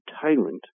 tyrant